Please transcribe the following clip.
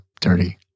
dirty